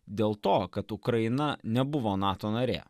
dėl to kad ukraina nebuvo nato narė